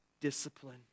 discipline